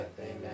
Amen